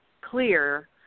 clear